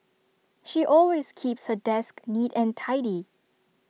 she always keeps her desk neat and tidy